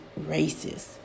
racist